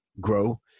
grow